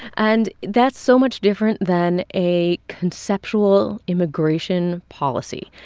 and that's so much different than a conceptual immigration policy.